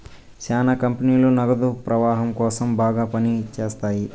శ్యానా కంపెనీలు నగదు ప్రవాహం కోసం బాగా పని చేత్తాయి